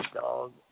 dog